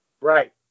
Right